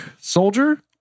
soldier